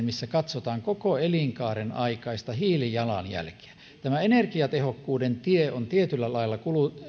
missä katsotaan koko elinkaaren aikaista hiilijalanjälkeä tämä energiatehokkuuden tie on tietyllä lailla